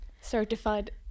certified